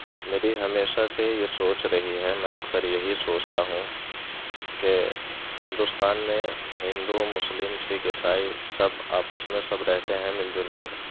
میری ہمیشہ سے یہ سوچ رہی ہے میں اکثر یہی سوچتا ہوں کہ ہندوستان میں ہندو مسلم سکھ عیسائی سب آپس میں سب رہتے ہیں مل جل کر